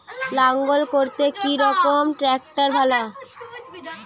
লাঙ্গল করতে কি রকম ট্রাকটার ভালো?